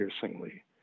piercingly